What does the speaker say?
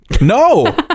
No